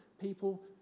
people